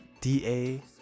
da